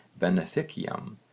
beneficium